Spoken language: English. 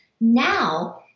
now